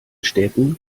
städten